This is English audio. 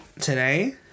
today